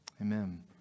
Amen